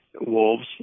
wolves